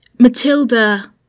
Matilda